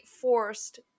forced